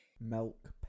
Milk